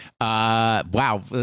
Wow